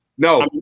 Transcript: No